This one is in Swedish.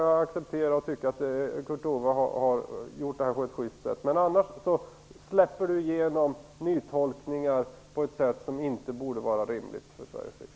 I så fall tycker att Kurt Ove Johansson har skött det hela på ett schyst sätt, men annars släpper han igenom nytolkningar på ett sätt som inte borde vara rimligt för Sveriges riksdag.